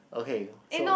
okay so